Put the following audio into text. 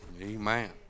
Amen